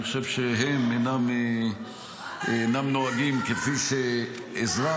-- אני חושב שהם אינם נוהגים כפי שאזרח